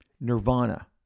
Nirvana